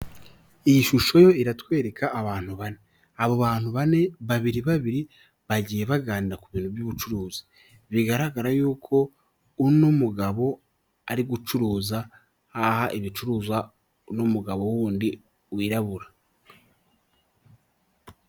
Iyi shusho yo iratwereka abantu bane, abo bantu bane; babiri babiri bagiye baganira ku bintu by'ubucuruzi, bigaragara yuko uno mugabo ari gucuruza aha ibicuruzwa n'umugabo wundi wirabura.